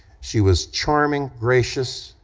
she was charming, gracious,